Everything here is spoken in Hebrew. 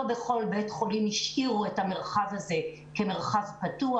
לא בכל בית חולים השאירו את המרחב הזה כמרחב פתוח,